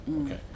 Okay